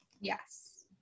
yes